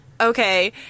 okay